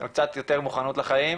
אבל קצת יותר מוכנות לחיים.